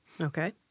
Okay